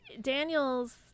Daniels